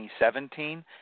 2017